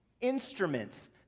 Instruments